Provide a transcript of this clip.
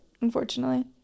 unfortunately